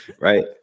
Right